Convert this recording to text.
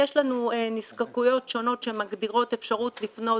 יש לנו נזקקויות שונות שמגדירות אפשרות לפנות